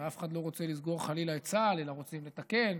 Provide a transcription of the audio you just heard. ואף אחד לא רוצה לסגור חלילה את צה"ל אלא רוצים לתקן,